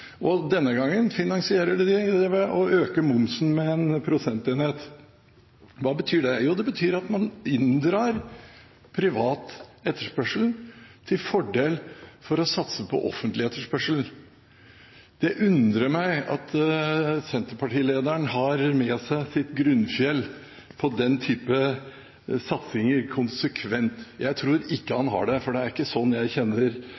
og denne gangen finansierer de det ved å øke momsen med 1 prosentenhet. Hva betyr det? Jo, det betyr at man inndrar privat etterspørsel til fordel for å satse på offentlig etterspørsel. Det undrer meg at Senterparti-lederen har med seg sitt grunnfjell på denne type satsinger konsekvent. Jeg tror ikke han har det, for det er ikke sånn jeg kjenner